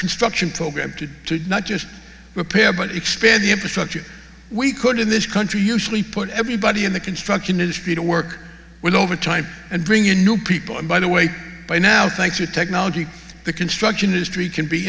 construction program to not just repair but expand the infrastructure we could in this country usually pull everybody in the construction industry to work with overtime and bring in new people and by the way by now thanks to technology the construction industry can be